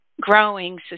growing